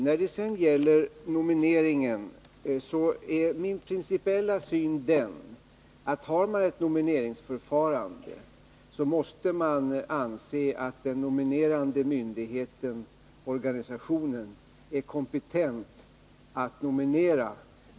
När det sedan gäller nomineringen är min principiella syn den att man, om man har ett nomineringsförfarande, också måste anse att den nominerande myndigheten-organisationen är kompetent att nominera.